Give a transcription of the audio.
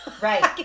right